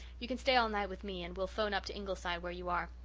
you can stay all night with me and we'll phone up to ingleside where you are.